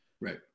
Right